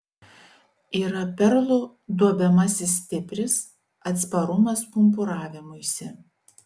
yra perlų duobiamasis stipris atsparumas pumpuravimuisi